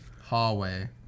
Hallway